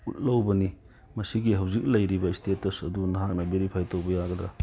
ꯎꯠꯍꯧꯕꯅꯤ ꯃꯁꯤꯒꯤ ꯍꯧꯖꯤꯛ ꯂꯩꯔꯤꯕ ꯁ꯭ꯇꯦꯇꯁ ꯑꯗꯨ ꯅꯍꯥꯛꯅ ꯕꯦꯔꯤꯐꯥꯏ ꯇꯧꯕ ꯌꯥꯒꯗ꯭ꯔ